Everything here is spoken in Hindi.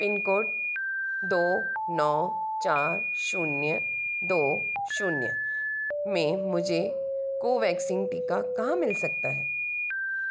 पिन कोड दो नौ चार शून्य दो शून्य में मुझे कोवैक्सीन टीका कहाँ मिल सकता है